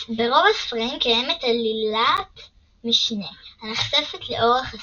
ברוב הספרים קיימת עלילת משנה, הנחשפת לאורך הספר,